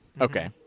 Okay